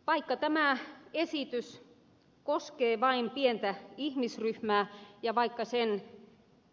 ja vaikka tämä esitys koskee vain pientä ihmisryhmää ja vaikka sen